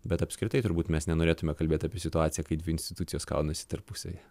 bet apskritai turbūt mes nenorėtume kalbėt apie situaciją kai dvi institucijos kaunasi tarpusavyje